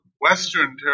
western